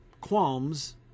qualms